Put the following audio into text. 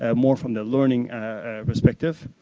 ah more from the learning perspective.